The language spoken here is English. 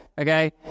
Okay